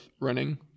running